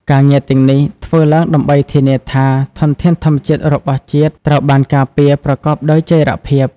ការងារទាំងនេះធ្វើឡើងដើម្បីធានាថាធនធានធម្មជាតិរបស់ជាតិត្រូវបានការពារប្រកបដោយចីរភាព។